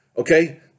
Okay